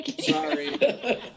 Sorry